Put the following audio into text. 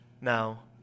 Now